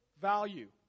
value